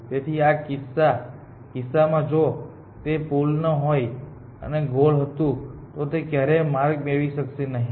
તેથી આ કિસ્સામાં જો તે પુલ ન હોય અને ગોલ હતું તો તે ક્યારેય માર્ગ મેળવી શકશે નહીં